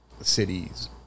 cities